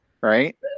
right